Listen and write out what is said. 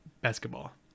basketball